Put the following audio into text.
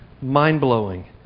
mind-blowing